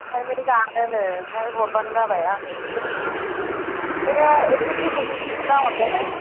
ओंखायनो जानोनो ओमफ्राय हरबानो जाबाय आंनो एसे बे एसे गेफे गेफेखौ दाहर दे